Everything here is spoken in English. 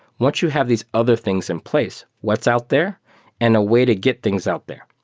once you have these other things in place, what's out there and a way to get things out there.